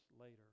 later